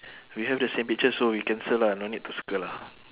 we have the same picture so we cancel lah no need to circle lah